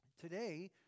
today